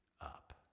up